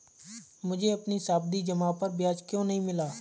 मुझे अपनी सावधि जमा पर ब्याज क्यो नहीं मिला?